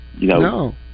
No